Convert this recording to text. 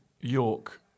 York